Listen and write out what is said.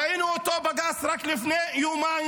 ראינו את אותו בג"ץ רק לפני יומיים,